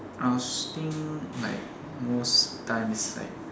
I was think like most time is like